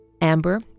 Amber